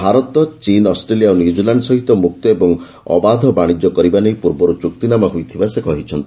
ଭାରତ' ଚୀନ୍ ଅଷ୍ଟ୍ରେଲିଆ ଓ ନ୍ୟୁଜିଲାଣ୍ଡ ସହିତ ମୁକ୍ତ ଓ ଅବାଧ ବାଶିଜ୍ୟ କରିବା ନେଇ ପୂର୍ବରୁ ଚୁକ୍ତିନାମା ହୋଇଥିବା ସେ କହିଚ୍ଛନ୍ତି